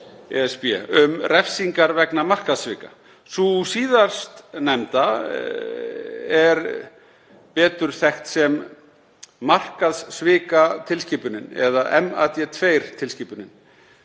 um refsingar vegna markaðssvika. Sú síðarnefnda er betur þekkt sem markaðssvikatilskipunin eða MAD2-tilskipunin.